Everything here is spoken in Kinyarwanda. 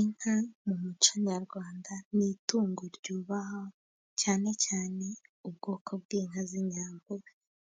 Inka mu muco nyarwanda ni itungo ryubahawa, cyane cyane ubwoko bw'inka z'inyambo,q